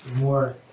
more